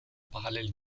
parallèle